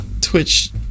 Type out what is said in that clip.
Twitch